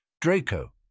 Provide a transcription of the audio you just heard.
Draco